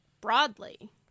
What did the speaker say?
broadly